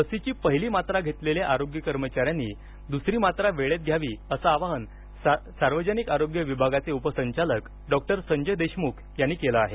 लसीची पहिली मात्रा घेतलेल्या आरोग्य कर्मचाऱ्यांनी दुसरी मात्रा वेळेत घ्यावी असं आवाहन सार्वजनिक आरोग्य विभागाचे उपसंचालक डॉ संजय देशमुख यांनी केलं आहे